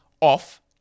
off